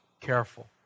careful